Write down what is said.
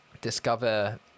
discover